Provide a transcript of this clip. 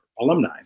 alumni